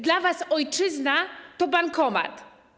Dla was ojczyzna to bankomat.